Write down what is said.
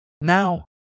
Now